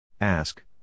Ask